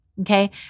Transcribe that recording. Okay